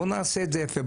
בואו נעשה את זה יפה.